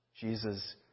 Jesus